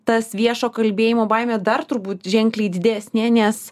tas viešo kalbėjimo baimė dar turbūt ženkliai didesnė nes